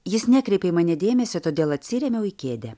jis nekreipė į mane dėmesio todėl atsirėmiau į kėdę